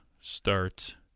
start